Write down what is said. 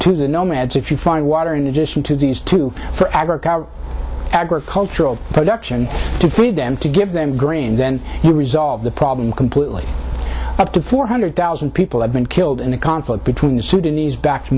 to the nomads if you find water in addition to these two for agriculture agricultural production to feed them to give them green then you resolve the problem completely up to four hundred thousand people have been killed in a conflict between the sudanese backed